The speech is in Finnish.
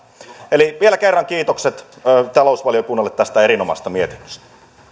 eli vielä kerran kiitokset talousvaliokunnalle tästä erinomaisesta mietinnöstä